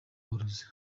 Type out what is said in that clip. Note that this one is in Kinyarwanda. borozi